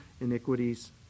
iniquities